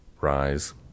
rise